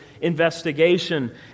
investigation